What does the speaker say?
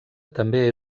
també